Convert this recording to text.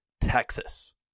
Texas